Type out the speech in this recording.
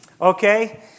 okay